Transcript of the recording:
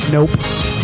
Nope